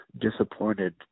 disappointed